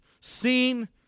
seen